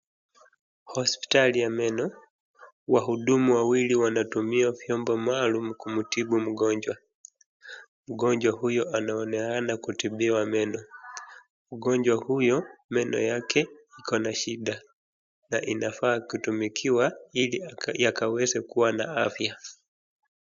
Hospitali ya meno, wahudumu wawili wanatumia vyombo maalum kumtibu mgonjwa. Mgonjwa huyo anaonea kutibiwa meno. Mgonjwa huyo meno yake iko na shida na inafaa kutumikiwa ili yakaweze kuwa na afya.